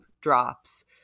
drops